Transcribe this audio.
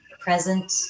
present